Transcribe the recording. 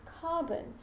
carbon